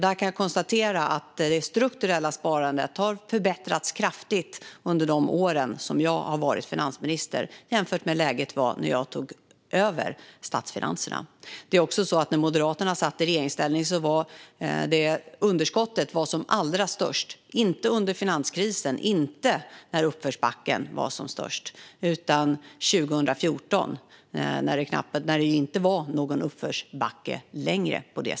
Där kan jag konstatera att det strukturella sparandet har förbättrats kraftigt under de år som jag har varit finansminister jämfört med hur läget var när jag tog över statsfinanserna. När Moderaterna satt i regeringsställning var underskottet inte som allra störst under finanskrisen när uppförsbacken var som brantast utan 2014 när det inte längre var någon uppförsbacke.